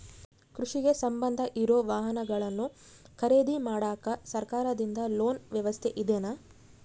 ಕೃಷಿಗೆ ಸಂಬಂಧ ಇರೊ ವಾಹನಗಳನ್ನು ಖರೇದಿ ಮಾಡಾಕ ಸರಕಾರದಿಂದ ಲೋನ್ ವ್ಯವಸ್ಥೆ ಇದೆನಾ?